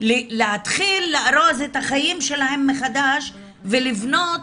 להתחיל לארוז את החיים שלהם מחדש ולבנות